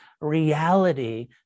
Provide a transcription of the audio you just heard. reality